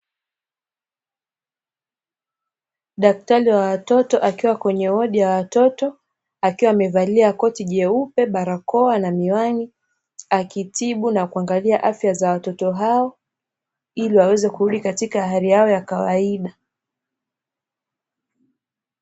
Daktari wa watoto akiwa kwenye wodi ya watoto akiwa amevalia koti jeupe, barakoa na miwani, akitibu na kuangalia afya za watoto hao, ili waweze kurudi katika hali yao ya kawaida.